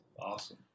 awesome